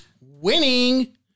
winning